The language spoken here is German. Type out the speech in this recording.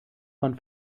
von